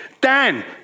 Dan